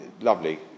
lovely